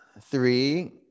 Three